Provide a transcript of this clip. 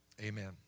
Amen